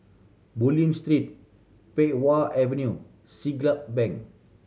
Bulim Street Pei Wah Avenue Siglap Bank